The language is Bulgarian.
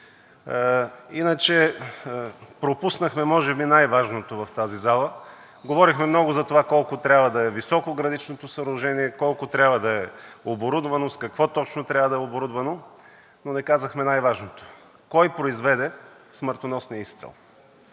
Иначе пропуснахме може би най-важното в тази зала. Говорихме много за това колко трябва да е високо граничното съоръжение, колко трябва да е оборудвано, с какво точно трябва да е оборудвано, но не казахме най-важното: кой произведе смъртоносния изстрел?